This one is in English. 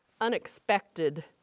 unexpected